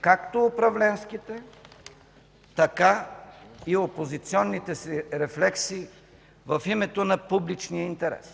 както управленските, така и опозиционните си рефлекси в името на публичния интерес.